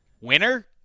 Winner